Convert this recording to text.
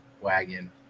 wagon